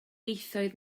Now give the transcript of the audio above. ieithoedd